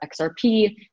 XRP